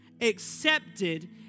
accepted